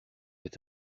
est